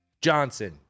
Johnson